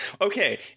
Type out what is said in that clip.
Okay